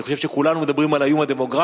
אני חושב שכולנו מדברים על האיום הדמוגרפי,